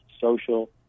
social